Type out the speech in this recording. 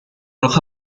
roja